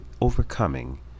overcoming